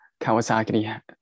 Kawasaki